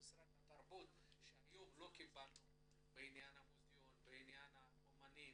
התרבות בעניין האומנים,